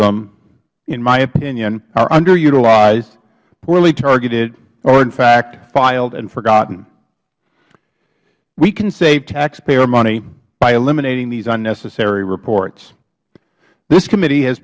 them in my opinion are under utilized poorly targeted or in fact filed and forgotten we can save taxpayer money by eliminating these unnecessary reports this committee has